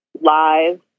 live